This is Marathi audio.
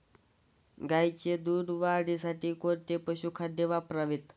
गाईच्या दूध वाढीसाठी कोणते पशुखाद्य वापरावे?